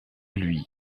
lui